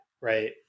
Right